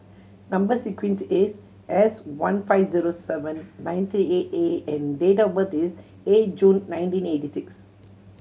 number sequence is S one five zero seven nine three eight A and date of birth is eight June nineteen eighty six